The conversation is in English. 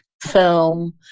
film